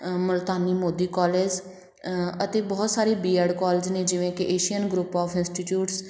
Multani Modi colleges ਅਤੇ ਬਹੁਤ ਸਾਰੇ ਬੀਐੱਡ ਕੋਲਜ ਨੇ ਜਿਵੇਂ ਕਿ ਏਸ਼ੀਅਨ ਗਰੁੱਪ ਆਫ ਇੰਸਟੀਚੀਊਟਸ